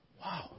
Wow